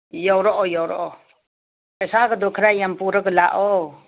ꯌꯧꯔꯛꯑꯣ ꯌꯧꯔꯛꯑꯣ ꯄꯩꯁꯥꯒꯗꯣ ꯈꯔ ꯌꯥꯝ ꯄꯨꯔꯒ ꯂꯥꯛꯑꯣ